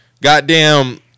goddamn